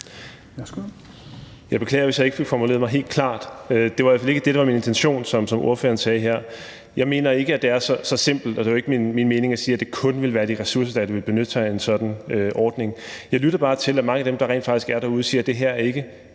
Jeg beklager, hvis jeg ikke fik formuleret mig helt klart. Det, som ordføreren sagde her, var i hvert fald ikke det, der var min intention. Jeg mener ikke, at det er så simpelt, og det var ikke min mening at sige, at det kun ville være de ressourcestærke, der ville benytte sig af en sådan ordning. Jeg lytter bare til, hvad mange af dem, der rent faktisk er derude, siger: at det her ikke